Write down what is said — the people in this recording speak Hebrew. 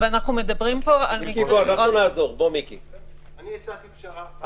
אין טעם לתת את צו הסגירה המנהלי רק לשבוע כשהאיסור הוא ארוך יותר.